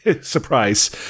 Surprise